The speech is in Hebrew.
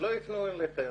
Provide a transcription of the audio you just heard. שלא ייפנו אליכם,